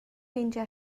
meindio